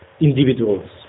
individuals